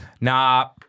Nah